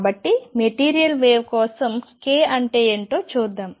కాబట్టి material wave కోసం k అంటే ఏమిటో చూద్దాం